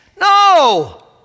No